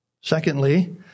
secondly